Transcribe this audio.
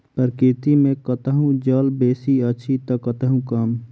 प्रकृति मे कतहु जल बेसी अछि त कतहु कम